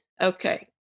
Okay